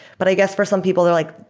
but i guess for some people they're like,